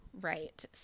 Right